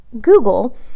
Google